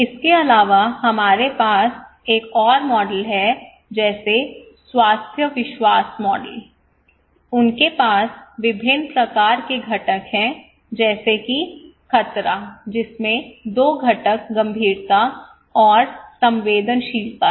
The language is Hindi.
इसके अलावा हमारे पास एक और मॉडल है जैसे स्वास्थ्य विश्वास मॉडल उनके पास विभिन्न प्रकार के घटक हैं जैसे कि खतरा जिसमें दो घटक गंभीरता और संवेदनशीलता है